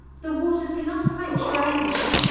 the waters cannot quench her anguish.